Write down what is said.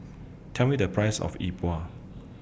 Tell Me The Price of Yi Bua